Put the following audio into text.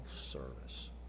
service